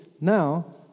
now